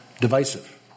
divisive